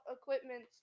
equipment